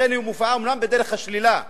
היא מופיעה אומנם בדרך השלילה,